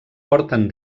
porten